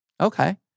okay